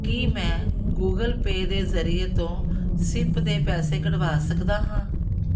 ਕੀ ਮੈਂ Google Pay ਦੇ ਜ਼ਰੀਏ ਤੋਂ ਸਿਪ ਦੇ ਪੈਸੇ ਕਢਵਾ ਸਕਦਾ ਹਾਂ